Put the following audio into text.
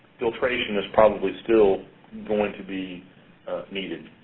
filtration is probably still going to be needed.